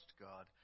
God